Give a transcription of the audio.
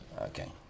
okay